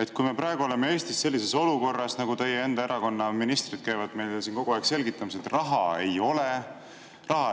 et kui me praegu oleme Eestis sellises olukorras, kus raha ei ole, nagu teie enda erakonna ministrid käivad meile siin kogu aeg selgitamas – raha ei